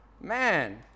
Man